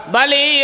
Bali